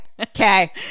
okay